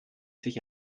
sich